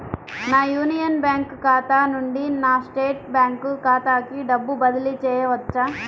నా యూనియన్ బ్యాంక్ ఖాతా నుండి నా స్టేట్ బ్యాంకు ఖాతాకి డబ్బు బదిలి చేయవచ్చా?